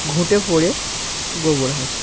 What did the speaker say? ঘুঁটে পোড়ে গোবর হাসে